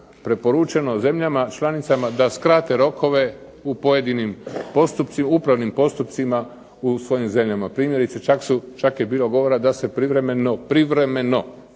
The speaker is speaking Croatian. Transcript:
preporučeno zemljama članicama da skrate rokove u pojedinim postupcima, upravnim postupcima u svojim zemljama. Primjerice, čak je bilo govora da se privremeno,